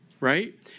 right